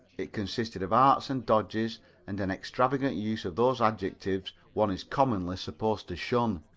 it consisted of arts and dodges and an extravagant use of those adjectives one is commonly supposed to shun.